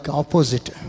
opposite